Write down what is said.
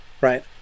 right